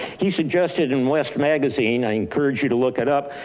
he suggested in west magazine, i encourage you to look it up,